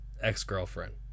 ex-girlfriend